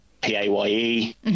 PAYE